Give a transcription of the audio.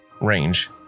range